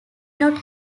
not